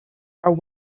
are